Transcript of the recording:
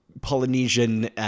Polynesian